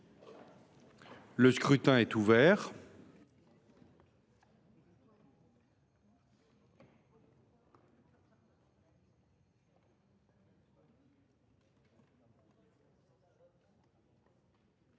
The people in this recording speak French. Le scrutin est ouvert.